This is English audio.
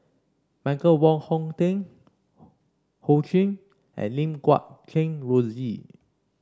Michael Wong Hong Teng Ho Ching and Lim Guat Kheng Rosie